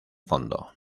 fondo